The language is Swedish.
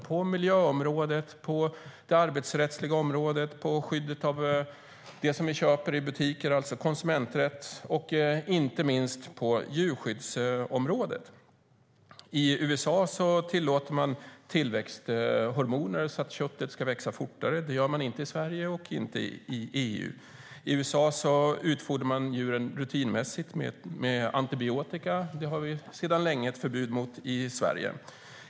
Det gäller miljöområdet, det arbetsrättsliga området, skyddet angående det vi köper i butiker - alltså konsumenträtt - och inte minst djurskyddsområdet. I USA tillåter man tillväxthormoner som gör att köttet växer fortare, och det gör man inte i Sverige och inte i EU. I USA utfodrar man rutinmässigt djuren med antibiotika, och det har vi sedan länge ett förbud mot i Sverige.